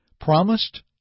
promised